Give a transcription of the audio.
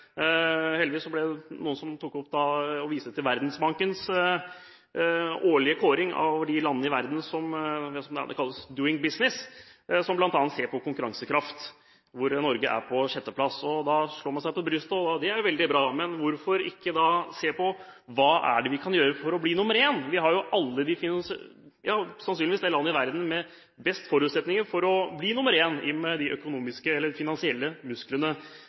Heldigvis var det noen som viste til Verdensbankens årlig kåring «Doing Business», som bl.a. ser på konkurransekraft. Blant landene i verden kommer Norge på sjetteplass. Man slår seg på brystet og synes det er veldig bra. Men hvorfor ikke se på hva vi kan gjøre for å bli nr. 1? Vi er sannsynligvis det landet i verden med de beste forutsetninger for å bli nr. 1 i og med de finansielle musklene